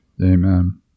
Amen